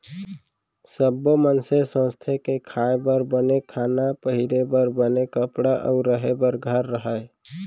सब्बो मनसे सोचथें के खाए बर बने खाना, पहिरे बर बने कपड़ा अउ रहें बर घर रहय